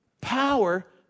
Power